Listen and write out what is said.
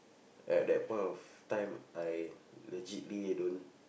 at that point of time I legitly don't